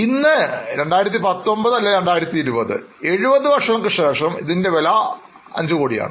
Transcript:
ഇന്ന് അതായത് 2019 അല്ലെങ്കിൽ 2020 70 വർഷങ്ങൾക്കുശേഷം ഇതിൻറെ വില 5 കോടിയാണ്